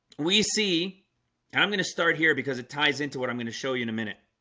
we see and i'm gonna start here because it ties into what i'm gonna show you in a minute